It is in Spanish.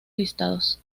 listados